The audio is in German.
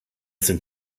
sind